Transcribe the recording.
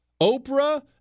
Oprah